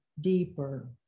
deeper